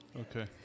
Okay